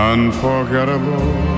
Unforgettable